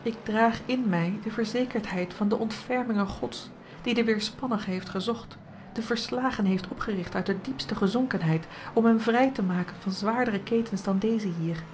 ik draag in mij de verzekerdheid van de ontferminge gods die den weêrspannige heeft gezocht den verslagene heeft opgericht uit de diepste gezonkenheid om hem vrij te maken van zwaardere ketens dan deze hier